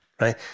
right